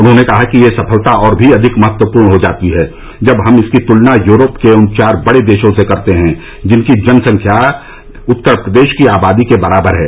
उन्होंने कहा कि यह सफलता और भी अधिक महत्वपूर्ण हो जाती जब हम इसकी तुलना यूरोप के उन चार बड़े देशों से करते हैं जिनकी जनसंख्या लगभग उत्तर प्रदेश की आबादी के बराबर है